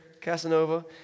Casanova